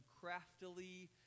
craftily